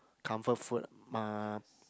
comfort food mah